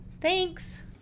thanks